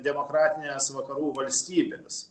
demokratines vakarų valstybes